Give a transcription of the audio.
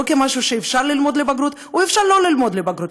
לא כמשהו שאפשר ללמוד לבגרות או אפשר לא ללמוד לבגרות.